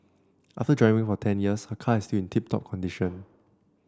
after driving for ten years her car is still in tip top condition